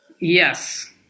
yes